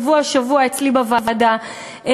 שבוע-שבוע הם אצלי בוועדה,